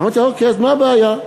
אמרתי: אוקיי, מה הבעיה?